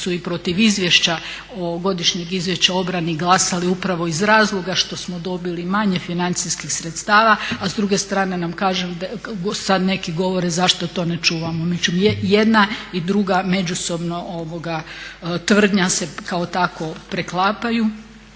su i protiv izvješća, godišnje izvješća o obrani glasali upravo iz razloga što smo dobili manje financijskih sredstava a s druge strane nam kažu, sad neki govore zašto to ne čuvamo. Jedna i druga međusobno tvrdnja se kako tako preklapaju.